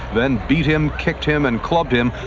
then beat him, kicked him and clubbed him,